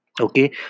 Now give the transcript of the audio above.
Okay